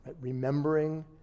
Remembering